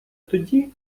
тоді